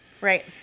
Right